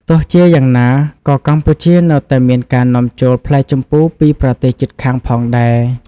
ទោះជាយ៉ាងណា ក៏កម្ពុជានៅតែមានការនាំចូលផ្លែជម្ពូពីប្រទេសជិតខាងផងដែរ។